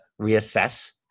reassess